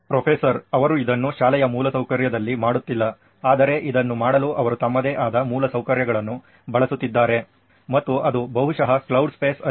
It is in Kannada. ಪ್ರೊಫೆಸರ್ ಅವರು ಇದನ್ನು ಶಾಲೆಯ ಮೂಲಸೌಕರ್ಯದಲ್ಲಿ ಮಾಡುತ್ತಿಲ್ಲ ಆದರೆ ಇದನ್ನು ಮಾಡಲು ಅವರು ತಮ್ಮದೇ ಆದ ಮೂಲಸೌಕರ್ಯಗಳನ್ನು ಬಳಸುತ್ತಿದ್ದಾರೆ ಮತ್ತು ಅದು ಬಹುಶಃ ಕ್ಲೌಡ್ ಸ್ಪೇಸ್ ಅಲ್ಲಿದೆ